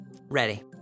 Ready